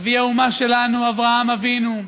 אבי האומה שלנו אברהם אבינו,